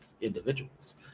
individuals